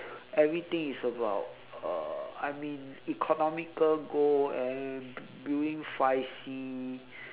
everything is about uh I mean economical goal and doing